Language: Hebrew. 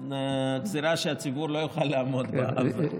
גזרה שהציבור לא יוכל לעמוד בה.